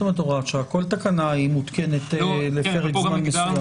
כל תקנה היא מותקנת לפרק זמן מסוים.